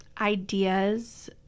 ideas